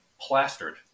plastered